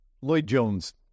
Lloyd-Jones